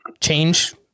change